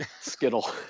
Skittle